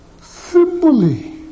Simply